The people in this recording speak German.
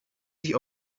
sich